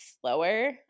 slower